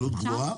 עלות גבוהה?